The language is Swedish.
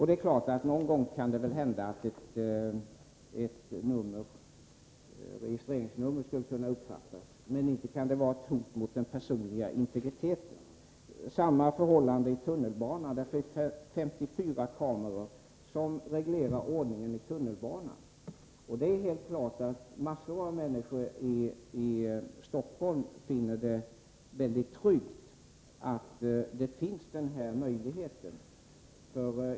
Det är klart att det någon gång kan hända att ett registreringsnummer skulle kunna uppfattas, men inte kan det vara ett hot mot den personliga integriteten. Förhållandet är detsamma i tunnelbanan. Det finns 54 kameror som registrerar ordningen i tunnelbanan. Det är helt klart att massor av människor i Stockholm finner det väldigt tryggt att denna möjlighet finns.